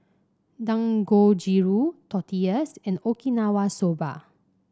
Dangojiru Tortillas and Okinawa Soba